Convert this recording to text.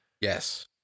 Yes